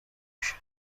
بشو